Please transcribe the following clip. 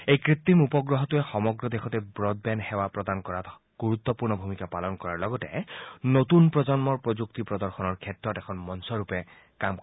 এই কৃত্ৰিম উপগ্ৰহটোৰে সমগ্ৰ দেশতে ৱডব্ৰেণ্ড সেৱা প্ৰদান কৰাত গুৰুত্পূৰ্ণ ভূমিকা পালন কৰাৰ লগতে নতুন প্ৰজন্মৰ প্ৰযুক্তি প্ৰদৰ্শনৰ ক্ষেত্ৰত এখন মঞ্চৰূপে কাম কৰিব